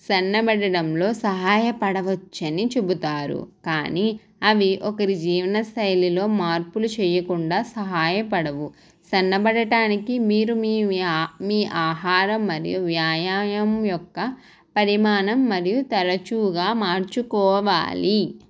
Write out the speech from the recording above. సన్నబడడంలో సహాయ పడవచ్చని చెబుతారు కానీ అవి ఒకరి జీవన శైలిలో మార్పులు చేయకుండా సహాయ పడవు సన్నబడటానికి మీరు మీ మ్యా మీ ఆహారం మరియు వ్యాయామం యొక్క పరిమాణం మరియు తరచూగా మార్చుకోవాలి